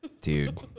dude